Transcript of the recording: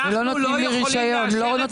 לא נותנים לי רשיון.